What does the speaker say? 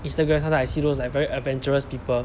Instagram sometime I see those like very adventurous people